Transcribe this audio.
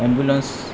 ambulance